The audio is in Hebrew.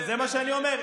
זה מה שאני אומר.